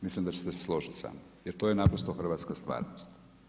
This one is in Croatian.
Mislim da ćete se složiti sa mnom, jer to je naprosto hrvatska stvarnost.